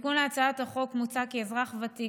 בתיקון להצעת החוק מוצע כי אזרח ותיק,